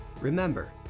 Remember